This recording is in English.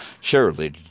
Surely